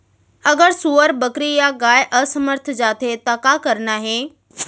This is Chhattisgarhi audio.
अगर सुअर, बकरी या गाय असमर्थ जाथे ता का करना हे?